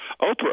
Oprah